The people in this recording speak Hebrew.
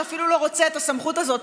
שאפילו לא רוצה את הסמכות הזאת,